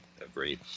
agreed